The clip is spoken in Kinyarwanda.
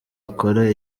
akora